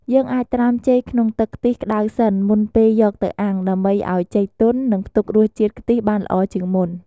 យើងអាចត្រាំចេកក្នុងទឹកខ្ទិះក្តៅសិន មុនពេលយកទៅអាំង ដើម្បីឱ្យចេកទន់ និងផ្ទុករសជាតិខ្ទិះបានល្អជាងមុន។